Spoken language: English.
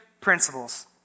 principles